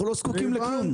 אנחנו לא זקוקים לכלום.